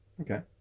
Okay